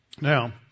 Now